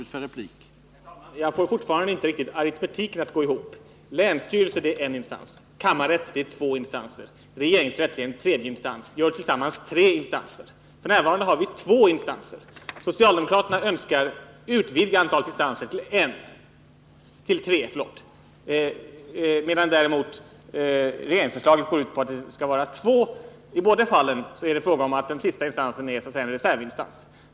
Herr talman! Jag får fortfarande inte aritmetiken att gå ihop riktigt. Länsstyrelsen är en instans. Kammarrätten är en instans. Regeringsrätten är en instans. Det blir tillsammans tre instanser. F.n. har vi två instanser. Socialdemokraterna önskar utvidga antalet instanser till tre, medan däremot regeringsförslaget går ut på att det skall vara två. I båda fallen är det fråga om att den sista instansen är så att säga en reservinstans.